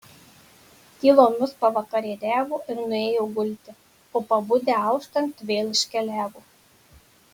tylomis pavakarieniavo ir nuėjo gulti o pabudę auštant vėl iškeliavo